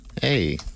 Hey